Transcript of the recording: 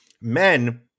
men